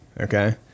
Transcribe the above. Okay